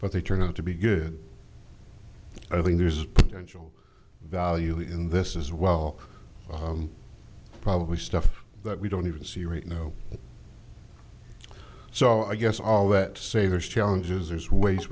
but they turn out to be good i think there's a potential value in this as well probably stuff that we don't even see right know so i guess all that say there's challenges there's ways